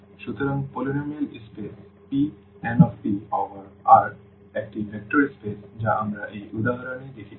সুতরাং polynomial space Pnt over R একটি vector space যা আমরা এই উদাহরণে দেখেছি